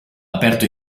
aperto